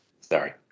Sorry